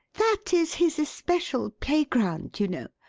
that is his especial playground, you know,